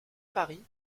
paris